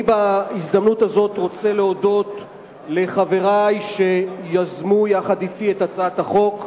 בהזדמנות הזאת אני רוצה להודות לחברי שיזמו יחד אתי את הצעת החוק,